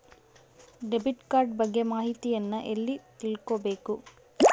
Debit card ಬಗ್ಗೆ ಮಾಹಿತಿಯನ್ನ ಎಲ್ಲಿ ತಿಳ್ಕೊಬೇಕು?